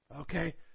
Okay